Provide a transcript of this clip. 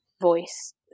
voice